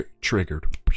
Triggered